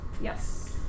yes